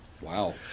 Wow